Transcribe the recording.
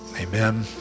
amen